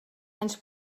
anys